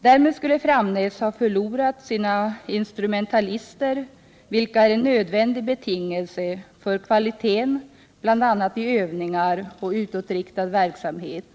Därmed skulle Framnäs förlora sina instrumentalister, vilka är en nödvändig betingelse för kvaliteten, bl.a. när det gäller övningar och utåtriktad verksamhet.